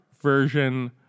version